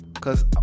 cause